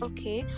Okay